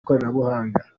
ikoranabuhanga